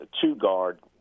two-guard